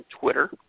Twitter